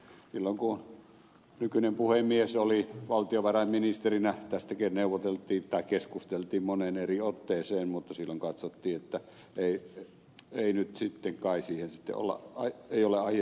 silloin kun nykyinen puhemies oli valtiovarainministerinä tästäkin keskusteltiin moneen eri otteeseen mutta silloin katsottiin että ei nyt sitten kai siihen ole aiheellista mennä